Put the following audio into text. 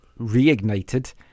reignited